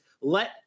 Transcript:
let